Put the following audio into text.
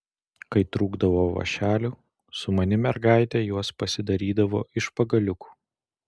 kai trūkdavo vąšelių sumani mergaitė juos pasidarydavo iš pagaliukų